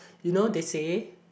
you know they say